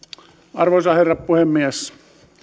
arvoisa herra puhemies